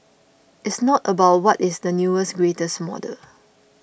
it's not about what is the newest greatest model